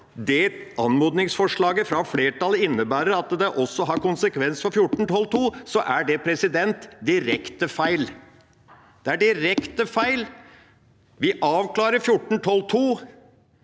om anmodningsforslaget fra flertallet innebærer at det også har konsekvens for § 14-12 andre ledd, så er det direkte feil. Det er direkte feil. Vi avklarer § 1412